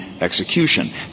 execution